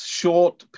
short